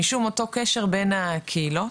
משום אותו קשר בין הקהילות,